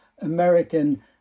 American